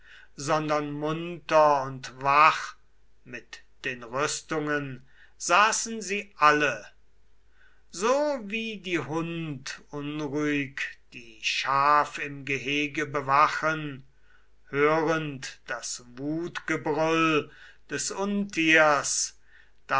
sondern munter und wach mit den rüstungen saßen sie alle so wie die hund unruhig die schaf im gehege bewachen hörend das wutgebrüll des untiers